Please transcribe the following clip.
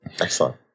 Excellent